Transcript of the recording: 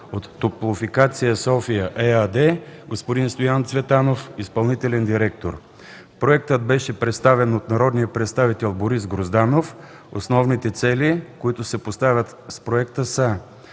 от Топлофикация София ЕАД – господин Стоян Цветанов, изпълнителен директор. Проектът беше представен от народния представител Борис Грозданов. Основните цели, които се поставят с проекта, са: